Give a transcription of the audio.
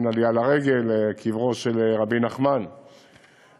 מעין עלייה לרגל לקברו של רבי נחמן מברסלב,